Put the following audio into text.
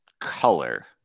color